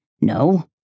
No